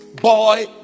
boy